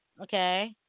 Okay